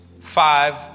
five